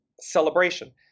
celebration